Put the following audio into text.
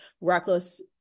reckless